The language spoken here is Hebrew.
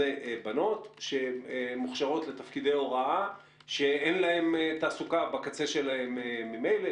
88% זה בנות שמוכשרות לתפקידי הוראה כשאין להן תעסוקה בקצה ממילא.